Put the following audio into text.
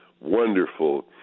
wonderful